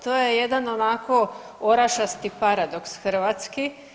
To je jedan onako orašasti paradoks hrvatski.